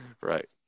Right